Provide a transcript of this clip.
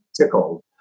tickled